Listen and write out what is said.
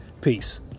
Peace